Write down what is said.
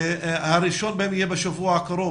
הראשון בהם יהיה בשבוע הקרוב,